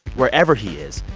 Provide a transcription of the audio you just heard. wherever he is,